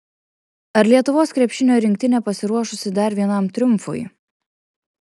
ar lietuvos krepšinio rinktinė pasiruošusi dar vienam triumfui